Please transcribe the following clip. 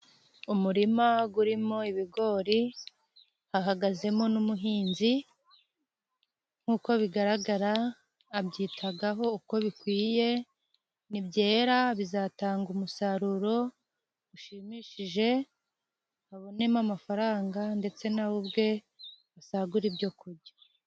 Umurima urimo ibigori, hahgazemo, n'umuhinzi nkuko bigaragara, abyitagaho nkuko bikwiye, nibyera bizatanga umusaruro, ushimishije, abonemo amafaranga, ndetse nawe ubwe asagure ibyo kurya.